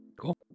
Cool